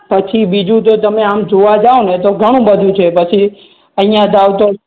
પછી બીજું તમે આમ જોવા જાવને તો ઘણું બધું છે પછી અહીંયાં જાઓ તો